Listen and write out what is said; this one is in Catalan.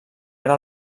era